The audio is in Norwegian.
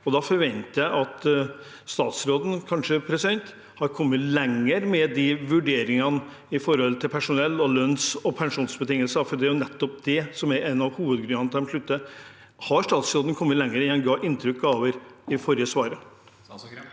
da forventer jeg at statsråden kanskje har kommet lenger med de vurderingene som gjelder personell og lønns- og pensjonsbetingelser, for det er jo nettopp det som er en av hovedgrunnene til at de slutter. Har statsråden kommet lenger enn han ga inntrykk av i det forrige svaret?